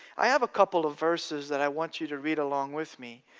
i have a couple of verses that i want you to read along with me